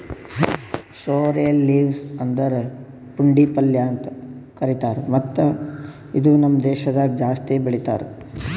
sorrel leaves ಅಂದುರ್ ಪುಂಡಿ ಪಲ್ಯ ಅಂತ್ ಕರಿತಾರ್ ಮತ್ತ ಇದು ನಮ್ ದೇಶದಾಗ್ ಜಾಸ್ತಿ ಬೆಳೀತಾರ್